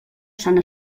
sant